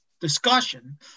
discussion